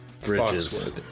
Bridges